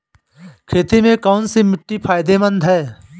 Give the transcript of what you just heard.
खेती में कौनसी मिट्टी फायदेमंद है?